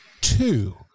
two